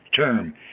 term